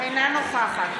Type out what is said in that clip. אינה נוכחת